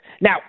Now